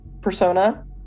persona